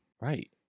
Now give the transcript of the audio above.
Right